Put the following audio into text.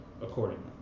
accordingly